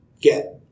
get